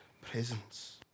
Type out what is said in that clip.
presence